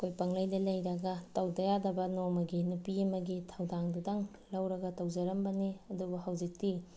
ꯑꯩꯈꯣꯏ ꯄꯪꯂꯩꯗ ꯂꯩꯔꯒ ꯇꯧꯗ ꯌꯥꯗꯕ ꯅꯣꯡꯃꯒꯤ ꯅꯨꯄꯤ ꯑꯃꯒꯤ ꯊꯧꯗꯥꯡꯗꯨꯇꯪ ꯂꯧꯔꯒ ꯇꯧꯖꯔꯝꯕꯅꯤ ꯑꯗꯨꯕꯨ ꯍꯧꯖꯤꯛꯇꯤ